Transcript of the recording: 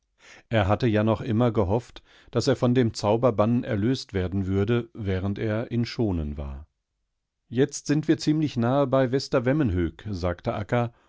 derhalswarihmwiezugeschnürt sodaßernichtsprechenkonnte erhatteja noch immer gehofft daß er von dem zauberbann erlöst werden würde währenderinschonenwar jetzt sind wir ziemlich nahe bei vestervemmenhög sagte